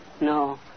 No